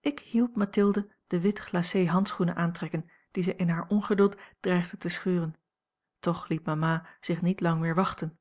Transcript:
ik hielp mathilde de wit glacé handschoenen aantrekken die zij in haar ongeduld dreigde te scheuren toch liet mama zich niet lang meer wachten